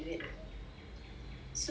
所以